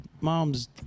mom's